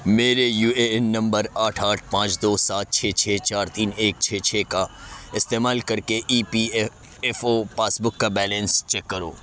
میرے U A N number آٹھ آٹھ پانچ دو سات چھ چھ چار تین ایک چھ چھ کا استعمال کر کے E P A F O passbook کا بیلنس چیک کرو